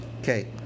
Okay